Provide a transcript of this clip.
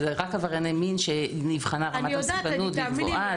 אבל רק עברייני מין שנבחנה רמת המסוכנות והיא גבוהה.